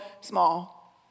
small